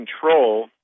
control